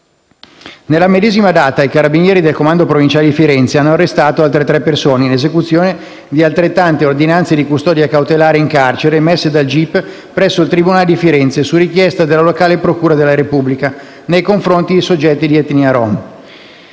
Nella medesima data, i carabinieri del comando provinciale di Firenze hanno arrestato altre tre persone in esecuzione di altrettante ordinanze di custodia cautelare in carcere emesse dal gip presso il tribunale di Firenze su richiesta della locale procura della Repubblica, nei confronti di soggetti di etnia rom.